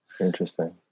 interesting